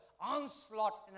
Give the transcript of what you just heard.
onslaught